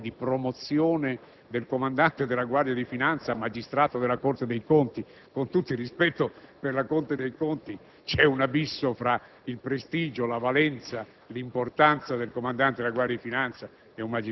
Perché di grande errore si tratta. Non parlatemi poi di promozione del comandante della Guardia di finanza a magistrato della Corte dei conti, perché - con tutto il rispetto per la magistratura contabile - c'è un abisso tra il prestigio, la valenza,